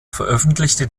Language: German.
veröffentlichte